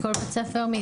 כי כל בית ספר,